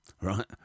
right